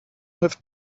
have